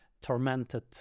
tormented